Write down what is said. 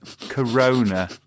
Corona